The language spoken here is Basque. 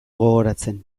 gogoratzen